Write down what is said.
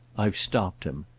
i've stopped him.